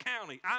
county